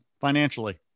financially